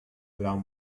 love